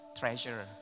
treasure